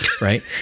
right